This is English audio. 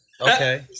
Okay